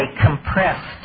compressed